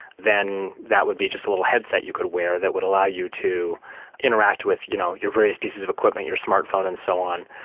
then that would be just a little headset that you could wear that would allow you to interact with you know your various pieces of equipment, your smart phone and so on,